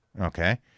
Okay